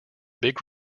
big